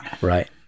Right